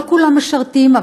לא כולם משרתים,